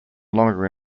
longer